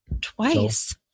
Twice